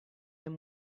and